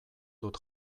dut